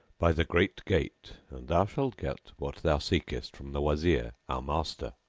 by the great gate and thou shalt get what thou seekest from the wazir our master.